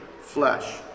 flesh